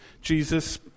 Jesus